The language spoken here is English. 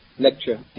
Lecture